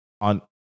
on